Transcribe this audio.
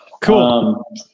cool